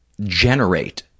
generate